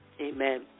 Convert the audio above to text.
Amen